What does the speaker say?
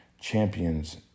champions